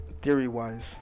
Theory-wise